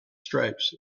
stripes